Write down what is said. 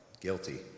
guilty